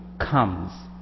comes